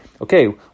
Okay